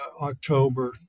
October